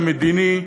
המדיני,